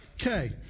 Okay